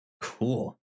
Cool